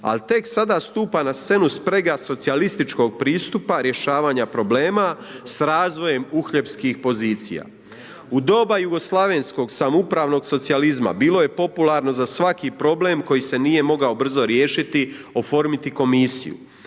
Ali tek sada stupa na scenu sprega socijalističkog pristupa rješavanja problema s razvojem uhljebskih pozicija. U doba jugoslavenskog samoupravnog socijalizma bilo je popularno za svaki problem koji se nije mogao brzo riješiti oformiti komisiju.